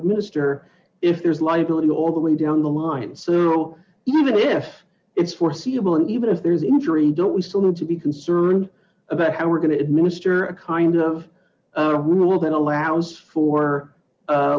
administer if there's liability all the way down the line so even if it's foreseeable and even if there's injury don't we still need to be concerned about how we're going to administer a kind of rule that allows for